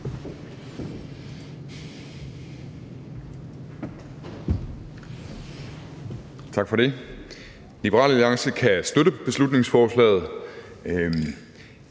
Tak for det. Liberal Alliance kan støtte beslutningsforslaget.